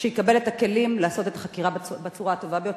שיקבל את הכלים לעשות את החקירה בצורה הטובה ביותר.